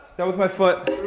that was my foot.